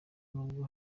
n’ubwo